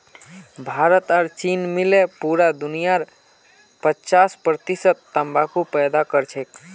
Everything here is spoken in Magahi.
भारत और चीन मिले पूरा दुनियार पचास प्रतिशत तंबाकू पैदा करछेक